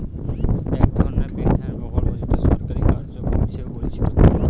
এক ধরনের পেনশনের প্রকল্প যেটা সরকারি কার্যক্রম হিসেবে পরিচিত